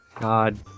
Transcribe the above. God